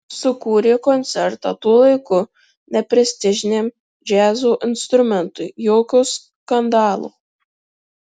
sukūrė koncertą tuo laiku neprestižiniam džiazo instrumentui jokio skandalo